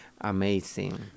amazing